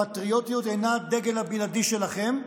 הפטריוטיות אינה הדגל הבלעדי שלכם.